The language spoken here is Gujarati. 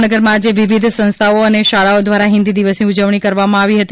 જામનગરમાં આજે વિવિધ સંસ્થાઓ અને શાળાઓ દ્વારા હિન્દી દિવસની ઉજવણી કરવામાં આવી હતી